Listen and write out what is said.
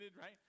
right